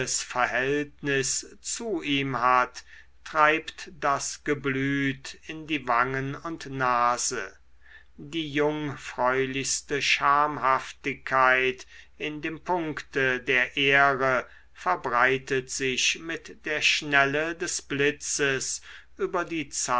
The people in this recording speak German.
verhältnis zu ihm hat treibt das geblüt in die wangen und nase die jungfräulichste schamhaftigkeit in dem punkte der ehre verbreitet sich mit der schnelle des blitzes über die